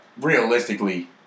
realistically